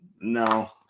No